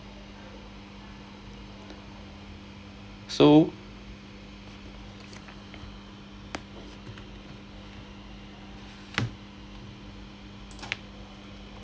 so